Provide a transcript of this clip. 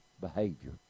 behavior